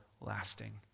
lasting